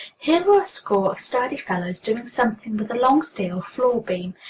here were a score of sturdy fellows doing something with a long steel floor-beam.